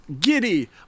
giddy